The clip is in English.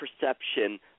perception